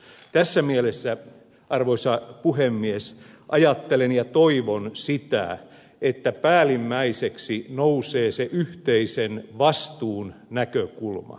tässä mielessä arvoisa puhemies ajattelen ja toivon sitä että päällimmäiseksi nousee se yhteisen vastuun näkökulma